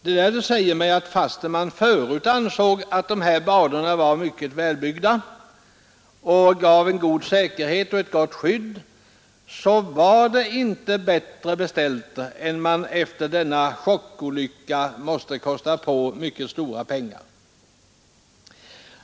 Det där säger mig att fastän man förut ansåg att de här banorna var mycket välbyggda och gav god säkerhet åt förarna och gott skydd åt publiken så var det inte bättre beställt än att man efter denna chockolycka måste kosta på dem mycket stora pengar.